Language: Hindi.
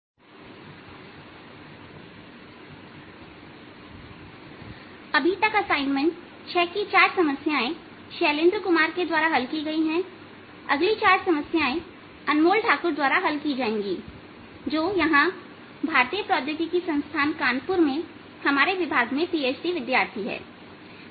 असाइनमेंट 6 समस्याएं 5 8 अभी तक असाइनमेंट 6 की 4 समस्याएं शैलेंद्र कुमार के द्वारा हल की गई हैंअगली चार समस्याएं अनमोल ठाकुर द्वारा हल की जाएंगी जो यहां भारतीय प्रौद्योगिकी संस्थान कानपुर में हमारे विभाग में पीएचडी विद्यार्थी हैं